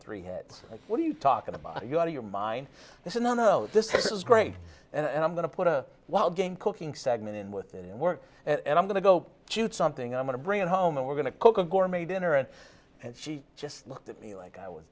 hit like what are you talking about you out of your mind this is the no this is great and i'm going to put a wild game cooking segment in with and work and i'm going to go shoot something i'm going to bring it home and we're going to cook a gourmet dinner and and she just looked at me like i was